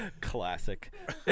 Classic